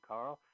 Carl